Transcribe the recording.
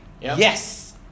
Yes